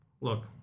Look